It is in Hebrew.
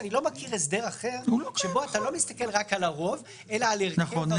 אני לא מכיר הסדר אחר שבו אתה מסתכל לא רק על הרוב אלא על הרכב הרוב.